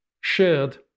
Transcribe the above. shared